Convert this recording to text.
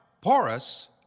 porous